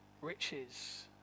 riches